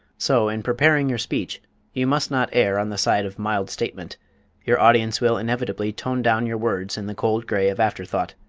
so in preparing your speech you must not err on the side of mild statement your audience will inevitably tone down your words in the cold grey of afterthought.